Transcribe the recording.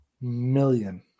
million